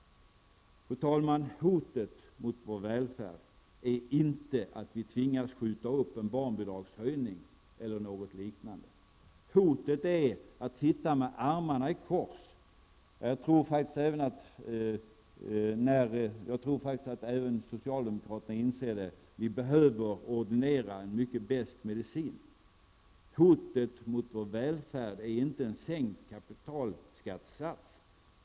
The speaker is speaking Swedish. Fru talman! Hotet mot vår välfärd är inte att vi tvingas skjuta upp en barnbidragshöjning eller något liknande. Hotet är att vi sitter med armarna i kors -- jag tror faktiskt att även socialdemokraterna inser detta -- när vi i stället behöver ordinera en mycket besk medicin. Hotet mot vår välfärd är inte en sänkt kapitalskattesats.